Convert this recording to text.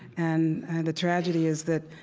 and the tragedy is that,